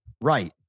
right